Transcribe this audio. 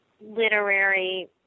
literary